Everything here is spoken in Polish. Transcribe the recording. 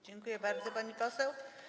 Dziękuję bardzo, pani poseł.